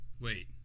wait